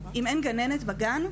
אם אין גננת בגן,